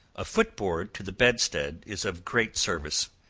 a foot-board to the bedstead is of great service,